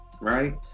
right